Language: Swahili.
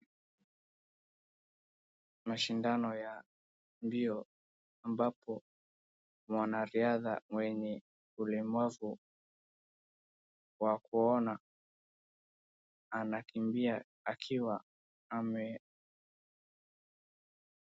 Mashindano ya mbio ambapo mwanariadha mwenye ulemavu wa kuona anakimbia akiwa ame...